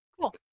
cool